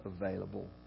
available